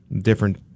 different